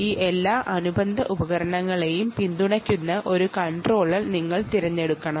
ഈ എല്ലാ അനുബന്ധ ഉപകരണങ്ങളെയും പിന്തുണയ്ക്കുന്ന ഒരു കൺട്രോളർ നിങ്ങൾ തിരഞ്ഞെടുക്കണം